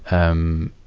um,